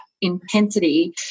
intensity